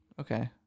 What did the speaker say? okay